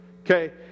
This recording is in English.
Okay